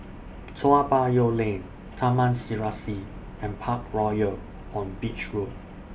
Toa Payoh Lane Taman Serasi and Parkroyal on Beach Road